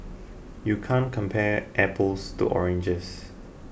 you can't compare apples to oranges